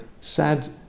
sad